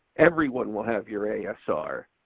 everyone will have your asr.